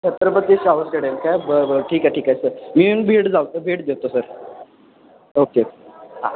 Chhatrapati Shahu stadium काय बरं बरं ठीक आहे ठीक आहे सर मी येऊन भेट जातो भेट देतो सर ओके हा